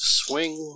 swing